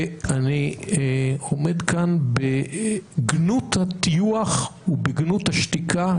ואני עומד כאן בגנות הטיוח ובגנות השתיקה,